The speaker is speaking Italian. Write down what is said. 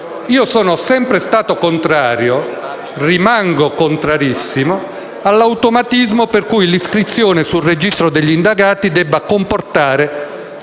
Io sono sempre stato contrario - e rimango contrarissimo - all'automatismo per cui l'iscrizione sul registro degli indagati debba comportare